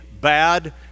bad